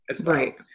Right